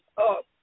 up